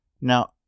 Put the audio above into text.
Now